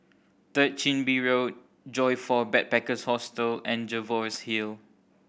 Third Chin Bee Road Joyfor Backpackers' Hostel and Jervois Hill